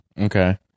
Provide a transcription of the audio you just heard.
Okay